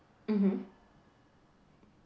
mmhmm